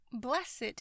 Blessed